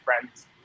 friends